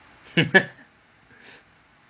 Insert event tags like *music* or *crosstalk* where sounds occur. *laughs*